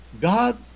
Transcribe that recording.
god